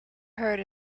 heard